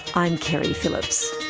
i'm keri phillips.